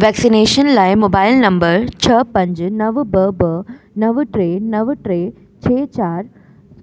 vaccination लाइ mobile number छह पंज नव ॿ ॿ नव टे नव टे छह चारि